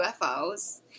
UFOs